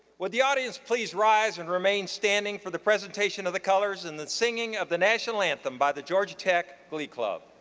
would the audience please rise and remain standing for the presentation of the colors and the singing of the nation anthem by the georgia tech glee club?